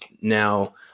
now